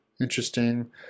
interesting